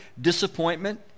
disappointment